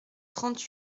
trente